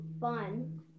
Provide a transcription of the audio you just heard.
fun